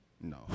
No